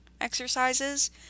exercises